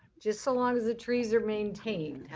just so long as the trees are maintained.